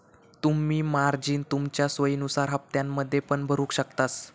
तुम्ही मार्जिन तुमच्या सोयीनुसार हप्त्त्यांमध्ये पण भरु शकतास